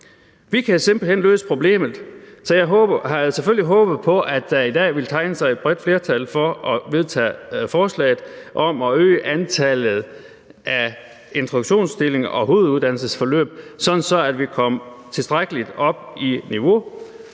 Vi kan simpelt hen løse problemet, så jeg havde selvfølgelig håbet på, at der i dag ville tegne sig et bredt flertal for at vedtage forslaget om at øge antallet af introduktionsstillinger og hoveduddannelsesforløb, sådan at vi kommer tilstrækkelig op i niveau